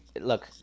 look